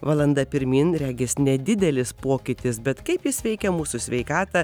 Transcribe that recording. valanda pirmyn regis nedidelis pokytis bet kaip jis veikia mūsų sveikatą